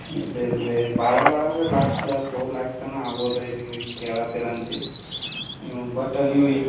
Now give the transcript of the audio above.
ಇದು ಅಂದರೆ ಭಾಳ ಭಾಳ ಅಂದರೆ ಲಾಸ್ಟ್ ಫೋರ್ ಲಾಕ್ ತನಕ ಆಗ್ಬೋದು ರೀ ನೀವು ಇಷ್ಟು ಹೇಳತ್ತೀರ ಅಂತ ನೀವು ಬಟ್ ನೀವು